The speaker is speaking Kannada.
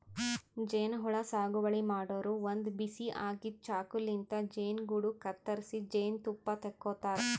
ಜೇನಹುಳ ಸಾಗುವಳಿ ಮಾಡೋರು ಒಂದ್ ಬಿಸಿ ಆಗಿದ್ದ್ ಚಾಕುಲಿಂತ್ ಜೇನುಗೂಡು ಕತ್ತರಿಸಿ ಜೇನ್ತುಪ್ಪ ತಕ್ಕೋತಾರ್